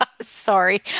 Sorry